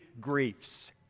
griefs